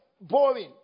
boring